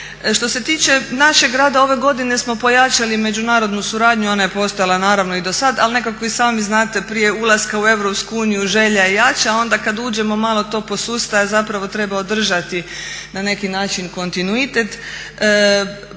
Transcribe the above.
Što se tiče našeg rada ove godine smo pojačali međunarodnu suradnju, ona je postojala naravno i do sada, ali nekako i sami zanate prije ulaska u EU želja je jača, a onda kada uđemo malo to posustaje a treba održati na neki način kontinuitet.